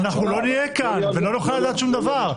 לא נהיה כאן ולא נוכל לדעת שום דבר.